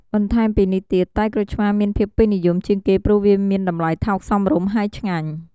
បន្ថែមពីនេះទៀត តែក្រូចឆ្មាមានភាពពេញនិយមជាងគេ ព្រោះវាមានតម្លៃថោកសមរម្យហើយឆ្ងាញ់។